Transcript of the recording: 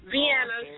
Vienna